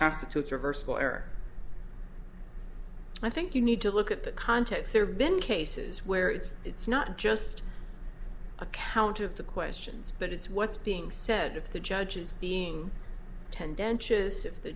constitutes reversible error i think you need to look at the context there have been cases where it's it's not just a count of the questions but it's what's being said if the judge is being tendentious if the